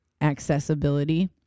accessibility